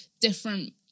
different